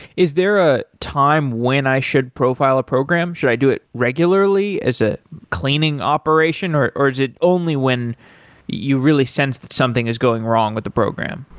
is there a time when i should profile a program? should i do it regularly as a cleaning operation or or is it only when you really sensed that something is going wrong with the program?